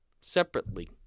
separately